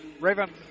Raven